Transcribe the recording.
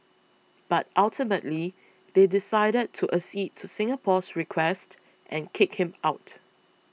but ultimately they decided to accede to Singapore's request and kick him out